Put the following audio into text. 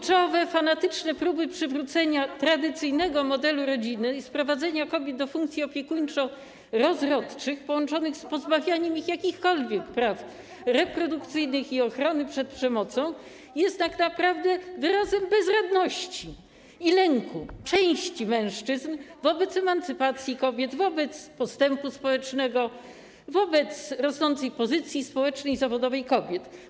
Kurczowe, fanatyczne próby przywrócenia „tradycyjnego” modelu rodziny i sprowadzenia kobiet do funkcji opiekuńczo-rozrodczych połączone z pozbawianiem ich jakichkolwiek praw reprodukcyjnych i ochrony przed przemocą są tak naprawdę wyrazem bezradności i lęku części mężczyzn przed emancypacją kobiet, przed postępem społecznym, przed rosnącą pozycją społeczną i zawodową kobiet.